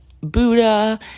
Buddha